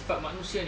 sifat manusia ni